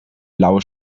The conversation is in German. blaue